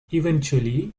eventually